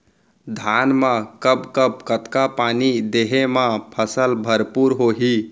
धान मा कब कब कतका पानी देहे मा फसल भरपूर होही?